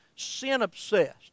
sin-obsessed